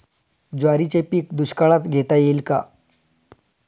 ज्वारीचे पीक दुष्काळात घेता येईल का?